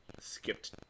skipped